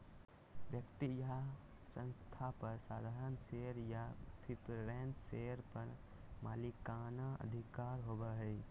व्यक्ति या संस्था पर साधारण शेयर या प्रिफरेंस शेयर पर मालिकाना अधिकार होबो हइ